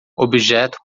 objeto